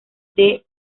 the